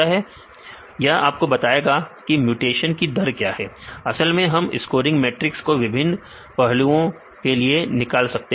विद्यार्थी म्यूटेशन यह आपको बताएगा की म्यूटेशन की दर क्या है असल में हम स्कोरग मैट्रिक्स को विभिन्न पहलुओं के लिए निकाल सकते हैं